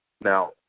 now